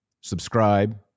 subscribe